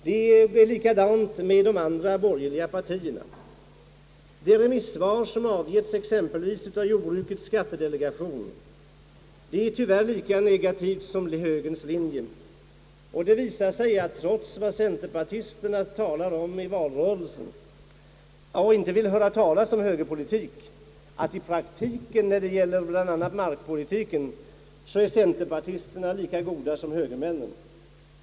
Det förhåller sig på samma sätt med de andra borgerliga partierna. Det remissvar som avgetts av exempelvis jordbrukets skattedelegation är tyvärr lika negativt som högerns linje. Det visar att det trots vad centerpartisterna säger i valtider, nämligen att de inte vill höra talas om högerpolitik, så är i praktiken bl.a. när det gäller markpolitiken centerpartisterna lika goda som högermännen.